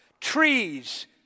trees